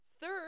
Third